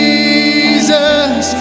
Jesus